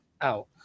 out